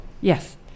Yes